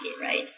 right